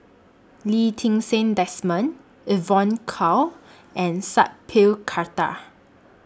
Lee Ti Seng Desmond Evon Kow and Sat Pal Khattar